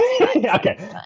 okay